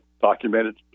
documented